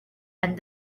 and